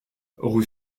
rue